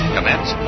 Commence